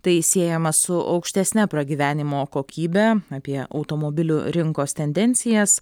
tai siejama su aukštesne pragyvenimo kokybe apie automobilių rinkos tendencijas